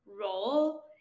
role